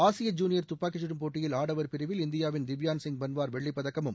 ஆசிய ஜுனியர் துப்பாக்கிச்சுடும் போட்டியில் ஆடவர் பிரிவில் இந்தியாவின் திவ்யான் சிங் பன்வார் வெள்ளிப்பதக்கமும்